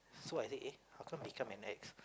so I say eh how come become an X